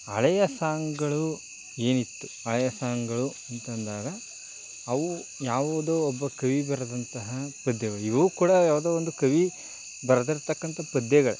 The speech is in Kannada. ಹಳೆಯ ಸಾಂಗುಗಳು ಏನಿತ್ತು ಹಳೆಯ ಸಾಂಗುಗಳು ಅಂತಂದಾಗ ಅವು ಯಾವುದೋ ಒಬ್ಬ ಕವಿ ಬರೆದಂತಹ ಪದ್ಯಗಳು ಇವು ಕೂಡ ಯಾವುದೇ ಒಂದು ಕವಿ ಬರೆದಿರ್ತಕ್ಕಂತ ಪದ್ಯಗಳು